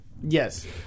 Yes